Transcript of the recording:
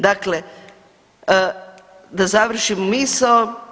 Dakle, da završim misao.